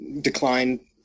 declined